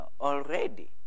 Already